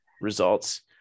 results